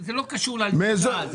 זה לא קשור לשר.